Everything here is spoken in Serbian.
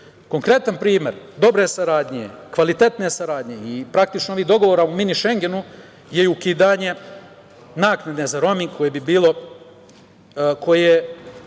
Konkretan primer dobre saradnje, kvalitetne saradnje i praktično ovih dogovora u mini šengenu je ukidanje naknade za roming koje bi među